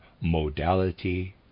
modality